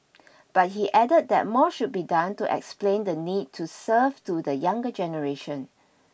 but he added that more should be done to explain the need to serve to the younger generation